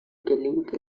gelingt